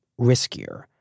riskier